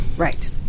Right